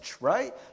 right